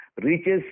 reaches